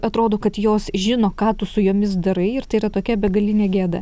atrodo kad jos žino ką tu su jomis darai ir tai yra tokia begalinė gėda